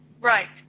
Right